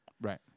Right